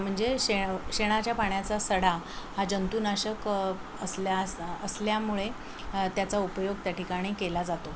म्हणजे शे शेणाच्या पाण्याचा सडा हा जंतुनाशक असल्या अस् असल्यामुळे त्याचा उपयोग त्याठिकाणी केला जातो